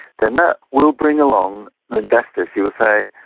then that will bring along investors. you will say,